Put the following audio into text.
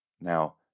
Now